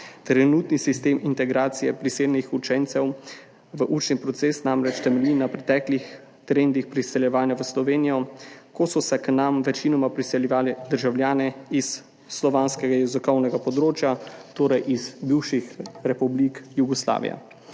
Trenutni sistem integracije priseljenih učencev v učni proces namreč temelji na preteklih trendih priseljevanja v Slovenijo, ko so se k nam večinoma priseljevali državljani iz slovanskega jezikovnega področja, torej iz bivših republik Jugoslavije.